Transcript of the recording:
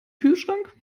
kühlschrank